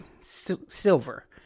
Silver